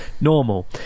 normal